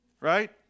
right